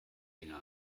länger